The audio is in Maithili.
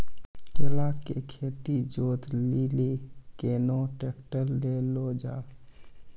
केला के खेत जोत लिली केना ट्रैक्टर ले लो जा?